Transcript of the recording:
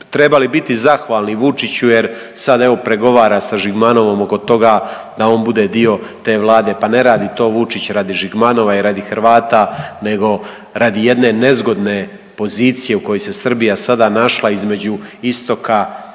trebali biti zahvalni Vučiću jer sad evo pregovara sa Žigmanovom oko toga da on bude dio te Vlade, pa ne radi to Vučić radi Žigmanova i radi Hrvata nego radi jedne nezgodne pozicije u kojoj se Srbija sada našla između istoka odnosno